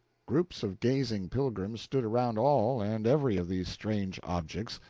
groups of gazing pilgrims stood around all and every of these strange objects,